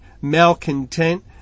malcontent